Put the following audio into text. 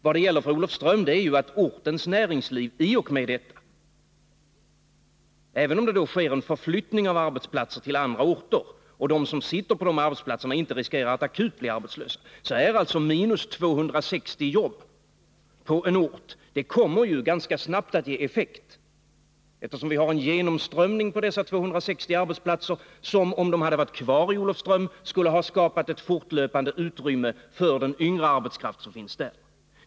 Visserligen riskerar de anställda i Olofström inte att bli akut arbetslösa, eftersom det sker en förflyttning av arbetsplatser till andra orter, men en minskning med 260 jobb kommer ganska snart att ge effekt på ortens näringsliv. Eftersom vi hade haft en genomströmning på dessa 260 arbetsplatser om de hade varit kvar i Olofström, hade det skapats ett fortlöpande utrymme för den yngre arbetskraft som finns där.